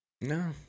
No